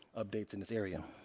updates in this area.